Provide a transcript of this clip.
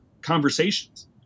conversations